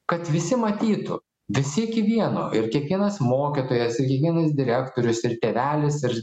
kad visi matytų visi iki vieno ir kiekvienas mokytojas ir kiekvienas direktorius ir tėvelis ir